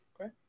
Okay